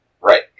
Right